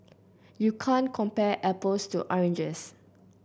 you can't compare apples to oranges